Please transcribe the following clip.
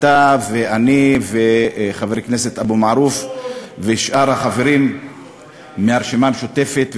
אתה ואני וחבר הכנסת אבו מערוף ושאר החברים מהרשימה המשותפת,